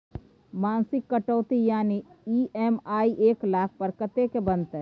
मासिक कटौती यानी ई.एम.आई एक लाख पर कत्ते के बनते?